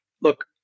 look